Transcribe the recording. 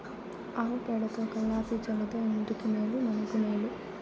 ఆవు పేడతో కళ్లాపి చల్లితే ఇంటికి మేలు మనకు మేలు